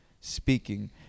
speaking